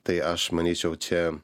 tai aš manyčiau čia